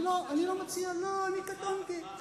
אני קטונתי.